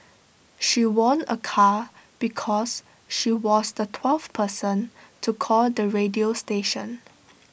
she won A car because she was the twelfth person to call the radio station